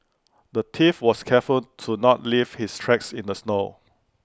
the thief was careful to not leave his tracks in the snow